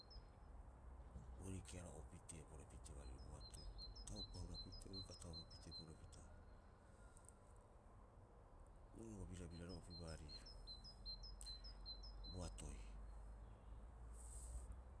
Boorii keharo oupitee porepitee baarire boatoi. Bo taupa hurapitee, bioga taupa pitee porepita. Oru bo birabiraro'opi baarii boatoi.